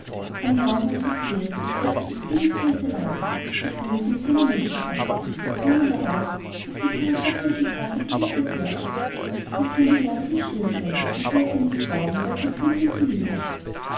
am morgen als es fehlte sagten des königs räthe laut die königin sey eine menschenfresserin und drangen darauf daß sie für ihre gottlose thaten gerichtet werde der könig aber hieß stillschweigen und wollte es nicht glauben weil er die königin so lieb hatte